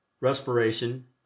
respiration